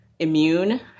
immune